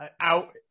out